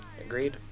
agreed